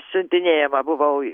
siuntinėja va buvau